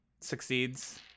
succeeds